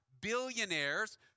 billionaires